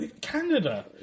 Canada